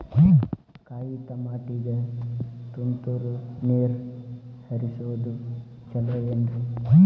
ಕಾಯಿತಮಾಟಿಗ ತುಂತುರ್ ನೇರ್ ಹರಿಸೋದು ಛಲೋ ಏನ್ರಿ?